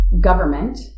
government